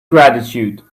gratitude